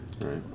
right